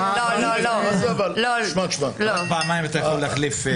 אלא אם כן החליט יו"ר הוועדה אחרת.